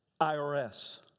IRS